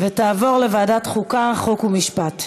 לוועדת החוקה, חוק ומשפט נתקבלה.